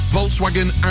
Volkswagen